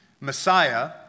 Messiah